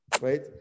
right